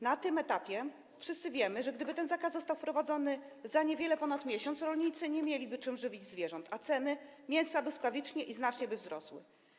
Na tym etapie wszyscy wiemy, że gdyby ten zakaz został wprowadzony za niewiele ponad miesiąc, rolnicy nie mieliby czym żywić zwierząt, a ceny mięsa błyskawicznie i znacznie by wzrosły.